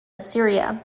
assyria